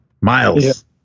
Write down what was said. Miles